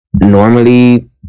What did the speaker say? normally